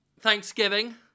Thanksgiving